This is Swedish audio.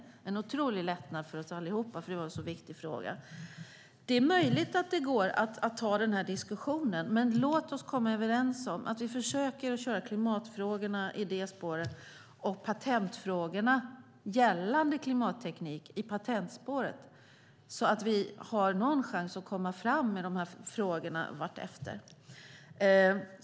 Det var en otrolig lättnad för oss alla eftersom det var en så viktig fråga. Det är möjligt att det går att ta den här diskussionen, men låt oss komma överens om att vi försöker köra klimatfrågorna i det spåret och patentfrågorna gällande klimatteknik i patentspåret så att vi har någon chans att komma fram i de här frågorna vartefter.